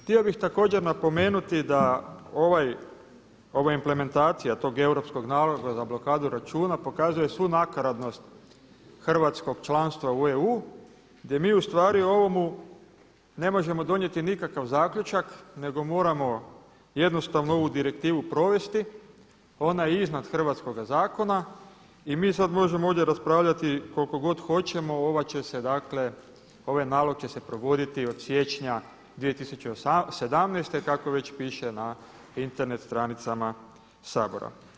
Htio bih također napomenuti da ova implementacija tog europskog naloga za blokadu računa pokazuje svu nakaradnost hrvatskog članstva u EU gdje mi ustvari o ovome ne možemo donijeti nikakav zaključak nego moramo jednostavno ovu direktivu provesti, ona je iznad hrvatskog zakona i mi sad možemo ovdje raspravljati koliko god hoćemo ovaj nalog će se dakle provoditi od siječnja 2017. kako već piše na Internet stranicama Sabora.